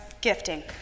gifting